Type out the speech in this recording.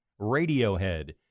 Radiohead